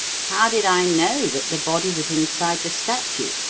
how did i know that the body was inside the statue?